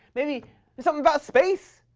maybe something about space?